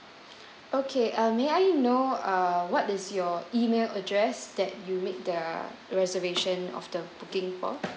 okay uh may I know uh what is your email address that you make the reservation of the booking for